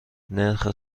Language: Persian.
نرخ